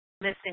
missing